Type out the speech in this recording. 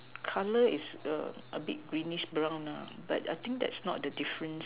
colour is err a bit greenish brown lah but I think that's not the difference